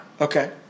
Okay